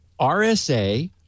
RSA